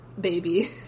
baby